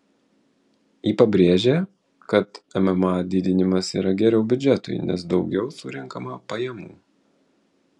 ji pabrėžė kad mma didinimas yra geriau biudžetui nes daugiau surenkama pajamų